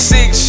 Six